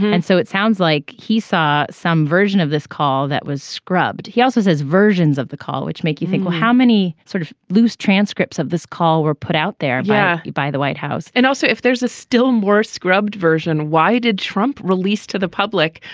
and so it sounds like he saw some version of this call that was scrubbed. he also says versions of the call which make you think well how many sort of loose transcripts of this call were put out there yeah by the white house. and also if there's a still more scrubbed version why did trump released to the public.